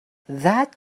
that